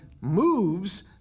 moves